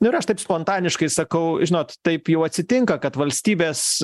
ir aš taip spontaniškai sakau žinot taip jau atsitinka kad valstybės